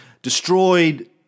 Destroyed